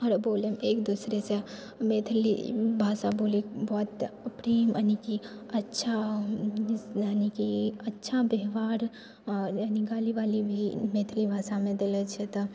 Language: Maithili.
आओर बोलैमे एक दूसरेसँ मैथिली भाषा बोली बहुत ही मने कि अच्छा यानि कि अच्छा व्यवहार आओर यानि गाली वाली भी मैथिली भाषामे देलो छै तऽ